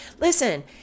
Listen